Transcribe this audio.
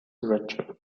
reggio